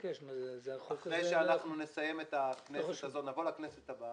אחרי שנסיים את הכנסת הזאת, נבוא לכנסת הבאה,